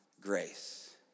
grace